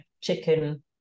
chicken